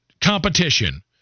competition